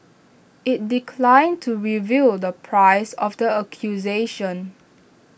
IT declined to reveal the price of the acquisition